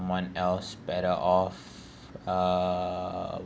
~one else better off err